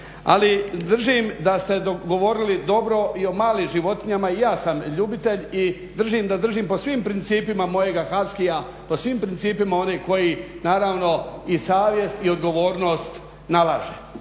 Ali držim da ste dogovorili dobro i o malim životinjama. I ja sam ljubitelj i držim da držim po svim principima mojega haskija, po svim principima one koji naravno i savjest i odgovornost nalaže.